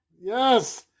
Yes